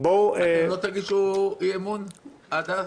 אתם לא תגישו אי-אמון עד אז?